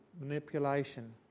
manipulation